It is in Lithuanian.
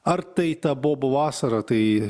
ar tai ta bobų vasara tai